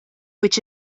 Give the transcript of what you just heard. which